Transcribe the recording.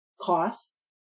costs